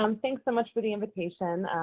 um thanks, so much for the invitation.